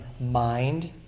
mind